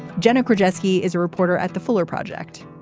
jenna karpinski is a reporter at the fuller project.